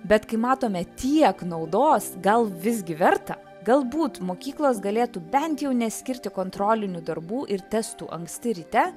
bet kai matome tiek naudos gal visgi verta galbūt mokyklos galėtų bent jau neskirti kontrolinių darbų ir testų anksti ryte